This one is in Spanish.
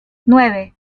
nueve